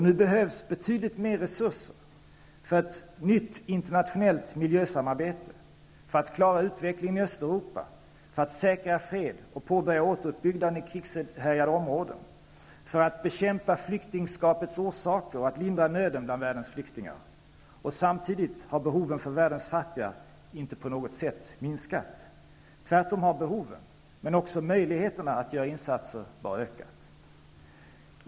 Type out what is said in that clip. Nu behövs det betydligt mer resurser: för ett nytt internationellt miljösamarbete, för att klara utvecklingen i Östeuropa, för att säkra fred och påbörja återuppbyggnaden i krigshärjade områden, för att bekämpa flyktingskapets orsaker och för att lindra nöden bland världens flyktingar. Samtidigt har behoven för världens fattiga inte på något sätt minskat. Tvärtom har behoven, och också möjligheterna, att göra insatser bara ökat.